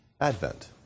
Advent